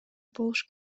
болуш